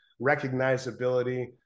recognizability